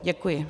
Děkuji.